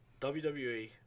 WWE